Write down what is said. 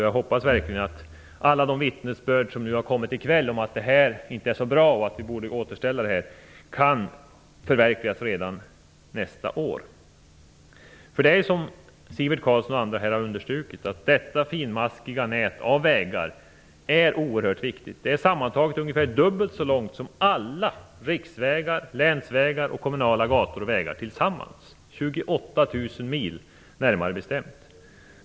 Jag hoppas verkligen att alla de vittnesbörd som har kommit i kväll om att det här inte är så bra och att vi borde återställa denna post innebär att vi kan förverkliga det redan nästa år. Som Sivert Carlsson och andra har understrukit är detta finmaskiga nät av vägar oerhört viktigt. Det är sammantaget ungefär dubbelt så långt som alla riksvägar, länsvägar och kommunala gator och vägar tillsammans, 28 000 mil närmare bestämt.